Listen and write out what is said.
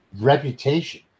reputation